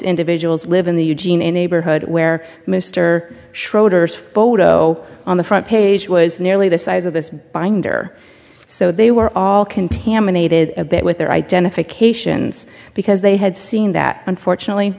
individuals live in the eugene neighborhood where mr schroeder's photo on the front page was nearly the size of this binder so they were all contaminated a bit with their identifications because they had seen that unfortunately